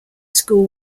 school